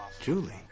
Julie